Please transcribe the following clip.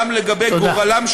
גם לגבי גורלם,